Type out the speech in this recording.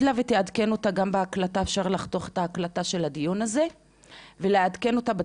לה את הדברים שלי ותעדכן אותה גם בהקלטה,